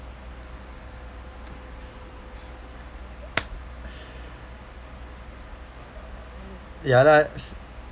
ya lah